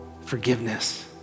forgiveness